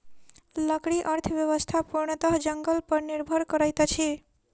लकड़ी अर्थव्यवस्था पूर्णतः जंगल पर निर्भर करैत अछि